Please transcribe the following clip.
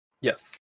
Yes